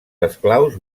esclaus